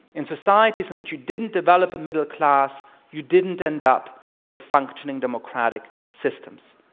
in societies in which you didn't develop a middle class you didn't end up with functioning democratic systems.